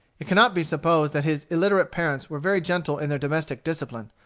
it cannot be supposed that his illiterate parents were very gentle in their domestic discipline,